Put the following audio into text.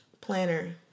Planner